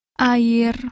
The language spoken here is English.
Ayer